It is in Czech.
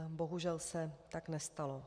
Bohužel se tak nestalo.